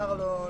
השאר לא השתנה.